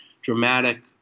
dramatic